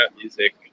music